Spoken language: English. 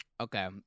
Okay